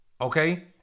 okay